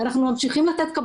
אנחנו נגישים בכל